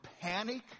panic